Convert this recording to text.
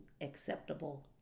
acceptable